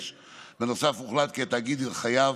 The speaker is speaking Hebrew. בנוסף, הוחלט כי תאגיד חייב